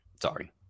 Sorry